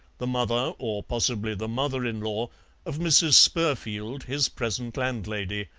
the mother or possibly the mother-in-law of mrs. spurfield, his present landlady,